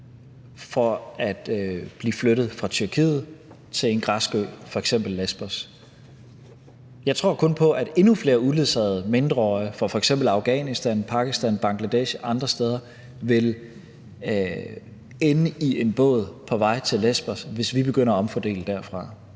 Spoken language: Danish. for at blive flyttet fra Tyrkiet til en græsk ø, f.eks. Lesbos. Jeg tror kun på, at endnu flere uledsagede mindreårige fra f.eks. Afghanistan, Pakistan, Bangladesh og andre steder vil ende i en båd på vej til Lesbos, hvis vi begynder at omfordele derfra.